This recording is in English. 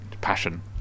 passion